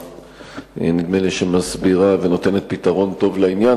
שנדמה לי שמסבירה ונותנת פתרון טוב לעניין.